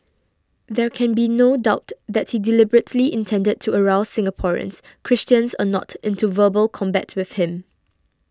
there can be no doubt that he deliberately intended to arouse Singaporeans Christians or not into verbal combat with him